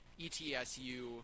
ETSU